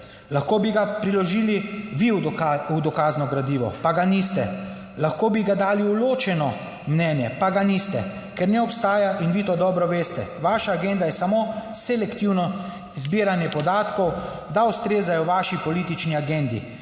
lahko bi ga priložili vi v dokazno gradivo, pa ga niste. Lahko bi ga dali v ločeno mnenje, pa ga niste. Ker ne obstaja in vi to dobro veste. Vaša agenda je samo selektivno 79. TRAK: (NB) - 15.30 (Nadaljevanje) zbiranje podatkov, da ustrezajo vaši politični agendi,